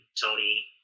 Tony